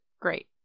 Great